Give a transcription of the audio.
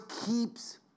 keeps